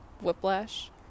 whiplash